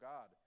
God